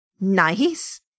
Nice